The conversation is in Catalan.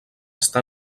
està